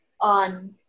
on